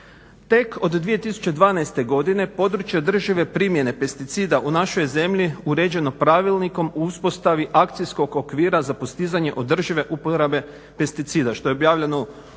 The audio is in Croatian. Tek od 2012. godine područja državne primjene pesticida u našoj zemlji uređeno Pravilnikom o uspostavi akcijskog okvira za postizanje održive uporabe pesticida što je obavljeno u